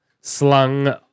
slung